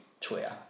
Twitter